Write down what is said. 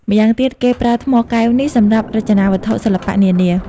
ម្យ៉ាងទៀត គេប្រើថ្មកែវនេះ សម្រាប់រចនាវត្ថុសិល្បៈនានា។